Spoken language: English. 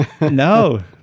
No